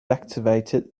activated